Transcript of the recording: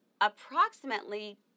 approximately